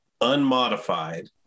unmodified